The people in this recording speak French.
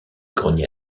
grenier